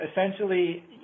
Essentially